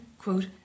quote